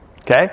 Okay